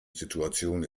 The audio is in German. situation